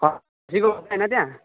खसीको छैन त्यहाँ